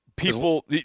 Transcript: People